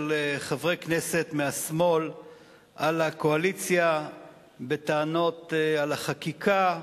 של חברי כנסת מהשמאל על הקואליציה בטענות על החקיקה,